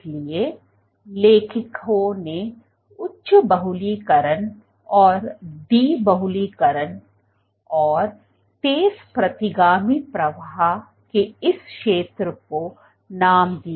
इसलिए लेखकों ने उच्च बहुलीकरण और डी बहुलीकरण और तेज प्रतिगामी प्रवाह के इस क्षेत्र को नाम दीया